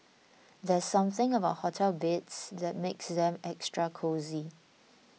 there's something about hotel beds that makes them extra cosy